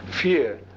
fear